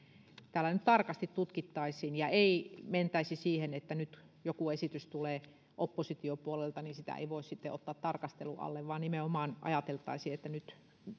nyt tarkasti tutkittaisiin ja ei mentäisi siihen että kun joku esitys tulee opposition puolelta niin sitä ei voi sitten ottaa tarkastelun alle vaan nimenomaan ajateltaisiin että nyt